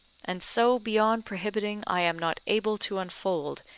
and so beyond prohibiting, i am not able to unfold,